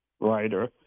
writer